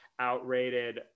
outrated